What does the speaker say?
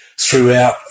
throughout